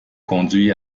conduit